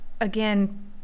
again